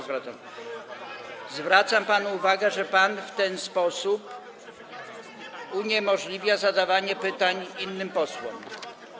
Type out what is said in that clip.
zwracam panu uwagę, że pan w ten sposób uniemożliwia zadawanie pytań innym posłom.